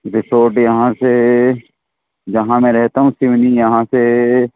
resort यहाँ से जहां मैं रहता हूँ उतने में यहाँ से